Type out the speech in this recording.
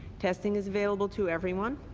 testing is available to everyone.